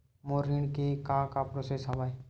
मोर ऋण के का का प्रोसेस हवय?